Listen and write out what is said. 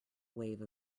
wave